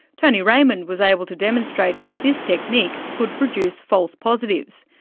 tony raymond was able to demonstrate that this technique could produce false positives,